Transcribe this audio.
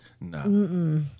No